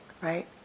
Right